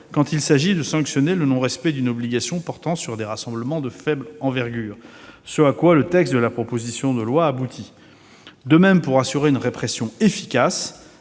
quand il s'agit de sanctionner le non-respect d'une obligation portant sur des rassemblements de faible envergure, ce à quoi le texte de la proposition de loi aboutit. De même, pour assurer une répression efficace,